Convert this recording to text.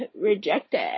rejected